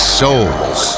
souls